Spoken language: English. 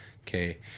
Okay